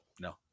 No